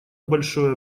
большой